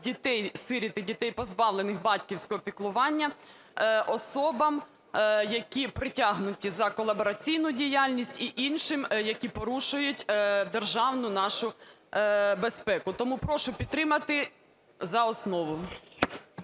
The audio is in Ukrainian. дітей-сиріт і дітей, позбавлених батьківського піклування, особам, які притягнуті за колабораційну діяльність і іншим, які порушують державну нашу безпеку. Тому прошу підтримати за основу.